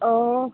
অঁ